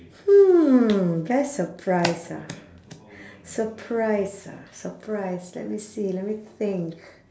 hmm best surprise ah surprise ah surprise let me see let me think